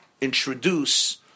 introduce